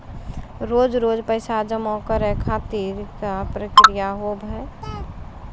रोज रोज पैसा जमा करे खातिर का प्रक्रिया होव हेय?